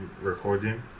recording